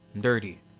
dirty